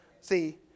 See